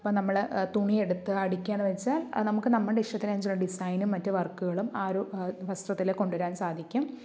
അപ്പോൾ നമ്മള് തുണിയെടുത്ത് അടിയ്ക്കുക എന്ന് വെച്ചാൽ നമുക്ക് നമ്മുടെ ഇഷ്ടത്തിന് അനുസരിച്ചുള്ള ഡിസൈനും മറ്റു വർക്കുകളും ആ ഒരു വസ്ത്രത്തിൽ കൊണ്ട് വരാൻ സാധിക്കും